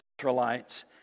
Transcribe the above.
Israelites